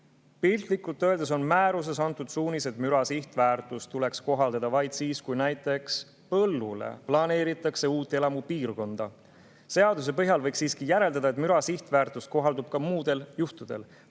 "Piltlikult öeldes on määruses antud suunis, et müra sihtväärtust tuleks kohaldada vaid siis, kui näiteks põllule planeeritakse uut elamupiirkonda. Seaduse põhjal võiks siiski järeldada, et müra sihtväärtus kohaldub ka muudel juhtudel.